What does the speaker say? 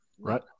Right